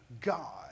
God